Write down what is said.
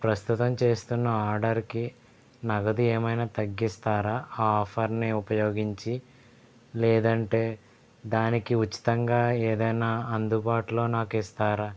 ప్రస్తుతం చేస్తున్న ఆర్డర్కి నగదు ఏమైనా తగ్గిస్తారా ఆ ఆఫర్ని ఉపయోగించి లేదంటే దానికి ఉచితంగా ఏదన్నా అందుబాటులో నాకు ఇస్తారా